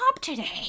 today